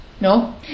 No